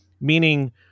Meaning